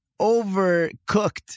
overcooked